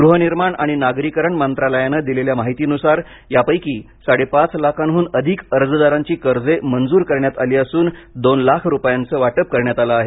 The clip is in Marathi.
गृहनिर्माण आणि नागरीकरण मंत्रालयानं दिलेल्या माहितीनुसार यापैकी साडे पाच लाखांहून अधिक अर्जदारांची कर्जे मंजूर करण्यात आली असून दोन लाख कर्जांचे वाटप करण्यात आलं आहे